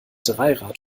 dreirad